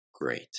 Great